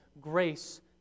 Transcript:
Grace